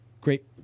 great